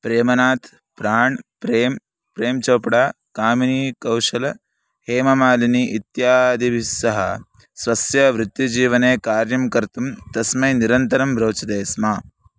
प्रेमनाथ् प्राण् प्रें प्रें चोपडा कामिनीकौशल हेममालिनी इत्यादिभिस्सह स्वस्य वृत्तिजीवने कार्यं कर्तुं तस्मै निरन्तरं रोचते स्म